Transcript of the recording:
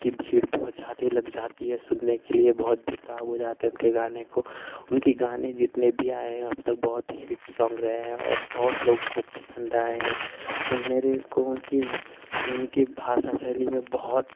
की भीड़ बहुत ज्यादे लग जाती है सुनने के लिए बहुत बेताब हो जाते हैं उनके गाने को उनके गाने जितने भी आयें हैं अब तक बहुत हिट सॉन्ग रहें हैं और बहुत लोगो को पसंद आये हैं और मेरे को उनकी उनकी भास सैली में बहुत